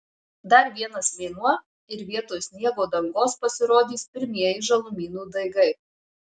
dar vienas mėnuo ir vietoj sniego dangos pasirodys pirmieji žalumynų daigai